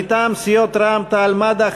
מטעם סיעות רע"ם-תע"ל-מד"ע,